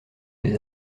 des